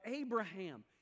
Abraham